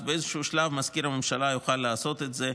אז באיזשהו שלב מזכיר הממשלה יוכל לעשות את זה,